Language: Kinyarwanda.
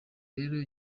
rero